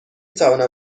توانم